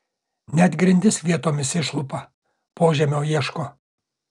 net grindis vietomis išlupa požemio ieško